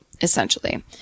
Essentially